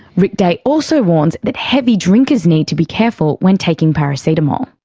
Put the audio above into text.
ricky day also warns that heavy drinkers need to be careful when taking paracetamol.